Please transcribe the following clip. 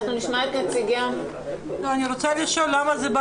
נשמע את נציגי --- אני רוצה לשאול למה זה בא